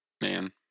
Man